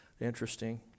interesting